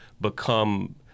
become